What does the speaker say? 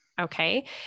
Okay